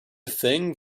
thing